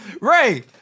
Ray